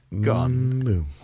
Gone